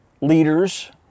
Leaders